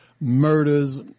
murders